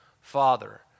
Father